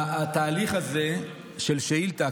שהתהליך הזה של שאילתה,